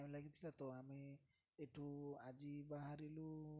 ଲାଗିଥିଲା ତ ଆମେ ଏଠୁ ଆଜି ବାହାରିଲୁ